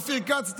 אופיר כץ,